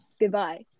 goodbye